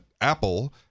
Apple